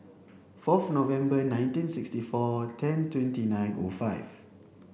fourth November nineteen sixty four ten twenty nine O five